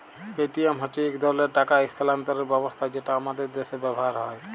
Paytm হছে ইক ধরলের টাকা ইস্থালাল্তরের ব্যবস্থা যেট আমাদের দ্যাশে ব্যাভার হ্যয়